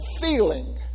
feeling